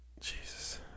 Jesus